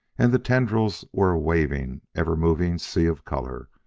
and the tendrils were a waving, ever-moving sea of color,